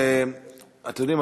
אתם יודעים,